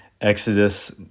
Exodus